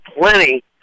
plenty